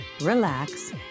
relax